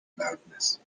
loudness